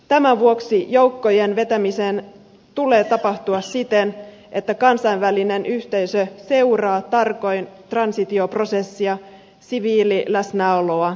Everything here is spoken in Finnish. tämän vuoksi joukkojen vetämisen tulee tapahtua siten että kansainvälinen yhteisö seuraa tarkoin transitioprosessia siviililäsnäoloa lisäämällä